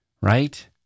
right